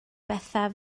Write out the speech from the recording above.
bethau